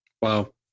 Wow